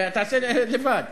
תעשה לבד.